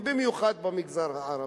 ובמיוחד במגזר הערבי.